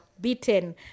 beaten